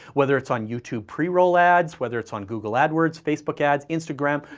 whether it's on youtube preroll ads, whether it's on google adwords, facebook ads, instagram,